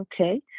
okay